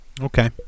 Okay